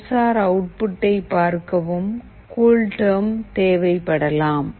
sensor அவுட்புட்டை பார்க்கவும் CoolTerm தேவைப்படலாம்